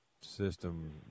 system